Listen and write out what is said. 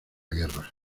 guerra